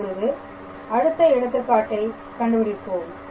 இப்பொழுது அடுத்த எடுத்துக்காட்டை கண்டுபிடிப்போம்